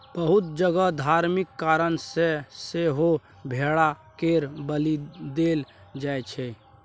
बहुत जगह धार्मिक कारण सँ सेहो भेड़ा केर बलि देल जाइ छै